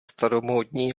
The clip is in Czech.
staromódní